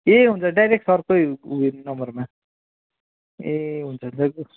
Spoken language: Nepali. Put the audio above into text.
ए हुन्छ डाइरेक्ट सरकै उयो नम्बरमा ए हुन्छ हुन्छ